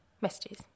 messages